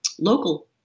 local